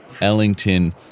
Ellington